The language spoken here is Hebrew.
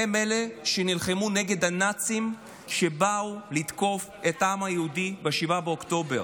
הם אלו שנלחמו נגד הנאצים שבאו לתקוף את העם היהודי ב-7 באוקטובר.